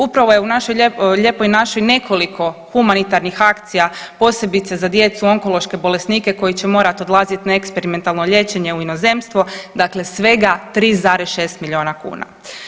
Upravo je u našoj Lijepoj našoj nekoliko humanitarnih akcija, posebice za djecu onkološke bolesnike koji će morati odlaziti na eksperimentalno liječenje u inozemstvo, dakle svega 3,6 milijuna kuna.